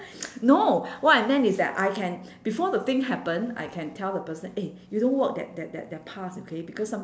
no what I meant is that I can before the thing happen I can tell the person eh you don't walk that that that that path okay because some~